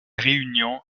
réunion